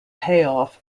payoff